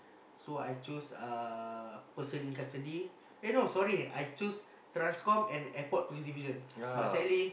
so I choose uh Person-Custody eh no sorry I choose transcomm and Airport-Police-Division but sadly